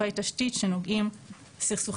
בסכסוך